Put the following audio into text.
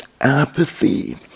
apathy